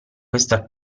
questa